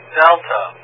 delta